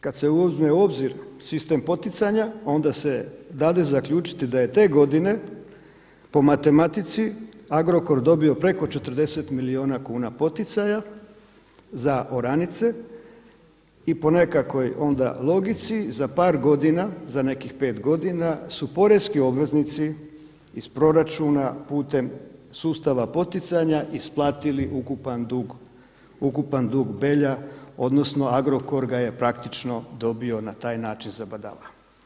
Kada se uzme u obzir sistem poticanja onda se dade zaključiti da je te godine po matematici Agrokor dobio preko 40 milijuna kuna poticaja za oranice i po nekakvoj onda logici za par godina, za nekih pet godina su poreski obveznici iz proračuna putem sustava poticanja isplatili ukupan dug Belja odnosno Agrokor ga je praktično dobio na taj način za badava.